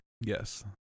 Yes